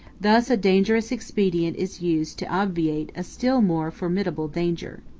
thus a dangerous expedient is used to obviate a still more formidable danger.